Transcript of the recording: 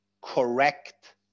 correct